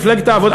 מפלגת העבודה,